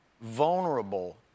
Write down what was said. vulnerable